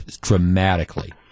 dramatically